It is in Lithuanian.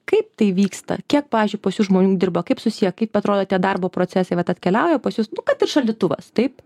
kaip tai vyksta kiek pavyzdžiui pas jus žmonių dirba kaip susiję kaip atrodo tie darbo procesai vat atkeliauja pas jus kad ir šaldytuvas taip